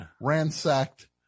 ransacked